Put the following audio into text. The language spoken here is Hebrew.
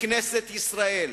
בכנסת ישראל.